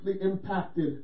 impacted